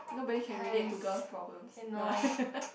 nobody can relate to girl problems no lah